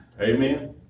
Amen